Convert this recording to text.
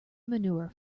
manure